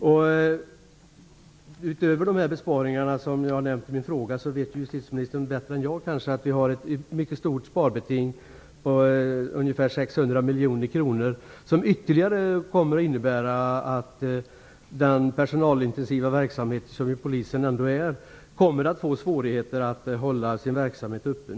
Justitieministern vet bättre än jag att vi utöver de besparingar jag har nämnt i min fråga har ett mycket stort sparbeting på ungefär 600 miljoner kronor. Det kommer att innebära att den personalintensiva verksamhet som Polisen ändå är kommer att få svårigheter att hålla sin verksamhet uppe.